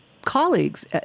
Colleagues